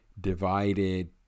divided